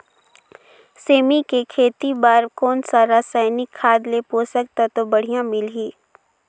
सेमी के खेती बार कोन सा रसायनिक खाद ले पोषक तत्व बढ़िया मिलही?